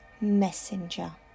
messenger